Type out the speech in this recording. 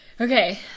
Okay